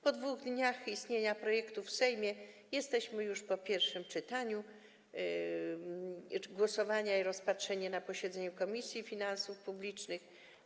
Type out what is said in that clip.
Po 2 dniach istnienia projektu w Sejmie jesteśmy już po pierwszym czytaniu, głosowaniu i rozpatrzeniu na posiedzeniu Komisji Finansów Publicznych.